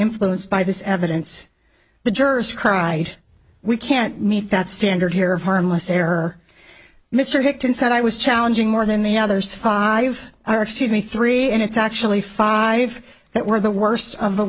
influenced by this evidence the jurors cried we can't meet that standard here harmless error mr pickton said i was challenging more than the others five or excuse me three and it's actually five that were the worst of the